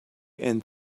and